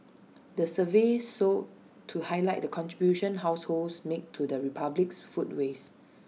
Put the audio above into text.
the survey sought to highlight the contribution households make to the republic's food waste